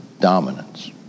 dominance